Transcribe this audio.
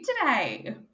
today